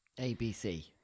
ABC